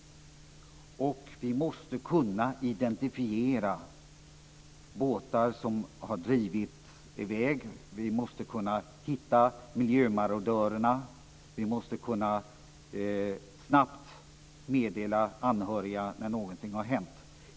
Vi måste kunna identifiera båtar som har drivit i väg. Vi måste kunna hitta miljömarodörerna. Vi måste snabbt kunna meddela anhöriga när någonting har hänt.